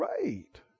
great